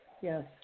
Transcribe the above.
yes